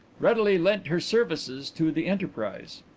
readily lent her services to the enterprise.